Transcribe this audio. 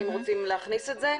אם רוצים להכניס את זה.